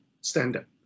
standard